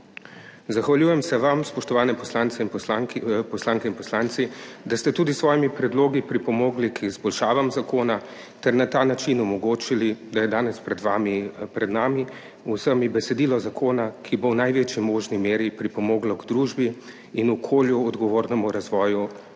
Zahvaljujem se vam, spoštovane poslanke in poslanci, da ste tudi s svojimi predlogi pripomogli k izboljšavam zakona ter na ta način omogočili, da je danes pred vami, pred nami vsemi besedilo zakona, ki bo v največji možni meri pripomoglo k družbi in okolju odgovornemu razvoju